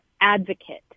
advocate